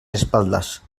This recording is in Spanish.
espaldas